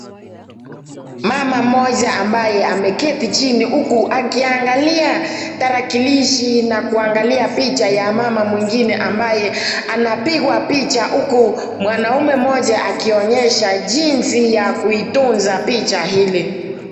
Mama mmoja ambaye ameketi chini huku akiangalia tarakilishi, na kuiangalia picha ya mama mwingine ambaye anapigwa picha huku mwanamme mmoja akionyesha jinsi ya kuitunza picha hili.